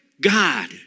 God